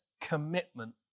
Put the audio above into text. commitment